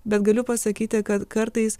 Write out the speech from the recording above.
bet galiu pasakyti kad kartais